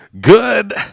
Good